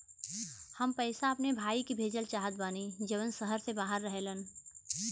हम पैसा अपने भाई के भेजल चाहत बानी जौन शहर से बाहर रहेलन